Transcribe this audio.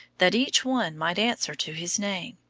that each one might answer to his name.